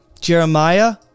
Jeremiah